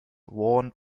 worn